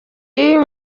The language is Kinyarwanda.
y’uyu